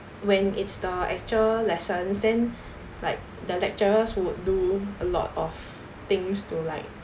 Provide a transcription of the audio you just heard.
when it's the actual lessons then like the lecturers would do a lot of things to like